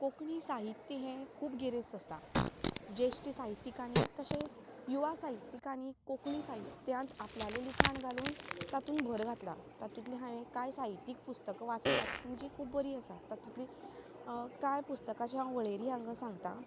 कोंकणी साहित्य हे खूब गिरेस्त आसा जेश्ट साहित्यीकांनी तशेंच युवा साहित्यीकांनी कोंकणी साहित्यांत आपल्याले लिखाण घालून तातूंत भर घातला तातूतंली हांवे कांय साहित्यीक पुस्तकां वाचल्यांत म्हणजे खूब बरी आसात तातूंतली कांय पुस्तकांची हांव वळेरी हांगा सांगता